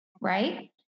right